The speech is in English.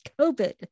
COVID